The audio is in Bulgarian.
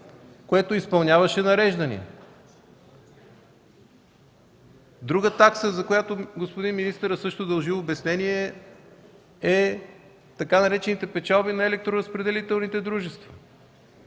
което изпълняваше нареждания? Друга такса, за която господин министъра също дължи обяснение, е така наречената печалба на електроразпределителните дружества.